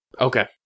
Okay